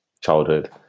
childhood